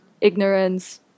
Ignorance